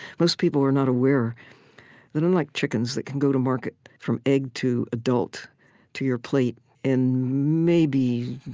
most people are not aware that unlike chickens, that can go to market from egg to adult to your plate in maybe